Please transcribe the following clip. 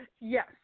Yes